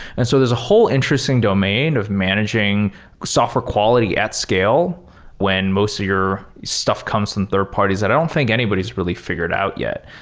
and so there's a whole interesting domain of managing software quality at scale when most of your stuff comes in third-parties that i don't think anybody's really figured out yet.